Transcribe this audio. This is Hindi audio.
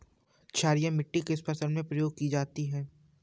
क्षारीय मिट्टी किस फसल में प्रयोग की जाती है?